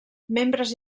membres